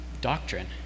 doctrine